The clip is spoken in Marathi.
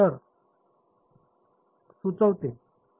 तर सुचवते